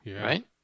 right